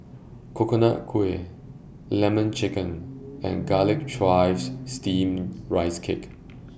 Coconut Kuih Lemon Chicken and Garlic Chives Steamed Rice Cake